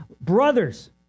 Brothers